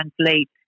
translate